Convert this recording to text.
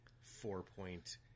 four-point